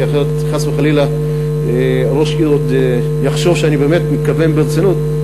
כי חס וחלילה ראש העיר עוד יחשוב שאני באמת מתכוון ברצינות,